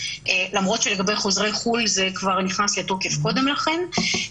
למרות שלגבי חוזרי חו"ל זה כבר נכנס לתוקף קודם לכן,